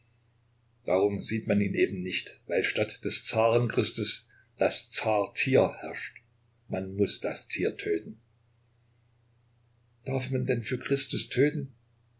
darum sieht man ihn eben nicht weil statt des zaren christus das zar tier herrscht man muß das tier töten darf man denn für christus töten